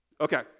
Okay